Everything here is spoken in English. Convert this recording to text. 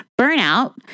burnout